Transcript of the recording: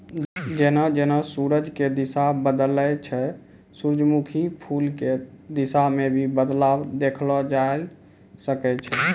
जेना जेना सूरज के दिशा बदलै छै सूरजमुखी फूल के दिशा मॅ भी बदलाव देखलो जाय ल सकै छै